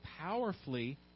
powerfully